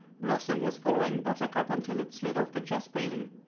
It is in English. blossom was following buttercup until it slid off the chespaling.